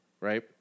right